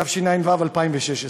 קריאה שנייה וקריאה שלישית.